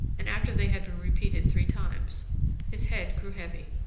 and after they had been repeated three times his head grew heavy,